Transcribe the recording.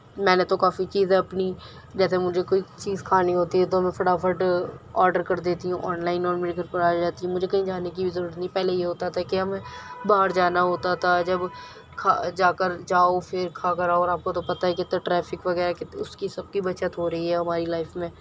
میں نے تو کافی چیزیں اپنی جیسے مجھے کوئی چیز کھانی ہوتی ہے تو میں فٹافٹ آڈر کر دیتی ہوں آن لائن اور میرے گھر پر آ جاتی مجھے کہیں جانے کی بھی ضرورت نہیں پہلے یہ ہوتا تھا کہ ہمیں باہر جانا ہوتا تھا جب کھا جا کر جاؤ پھر کھا کر آؤ اور آپ کو تو پتہ ہے کہ کتنے ٹریفک وغیرہ اس کی سب کی بچت ہو رہی ہے ہماری لائف میں